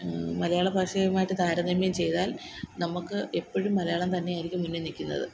മലയാള ഭാഷയുമായിട്ട് താരതമ്യം ചെയ്താൽ നമ്മള്ക്ക് എപ്പോഴും മലയാളം തന്നെയായിരിക്കും മുന്നില് നില്ക്കുന്നത്